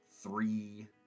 three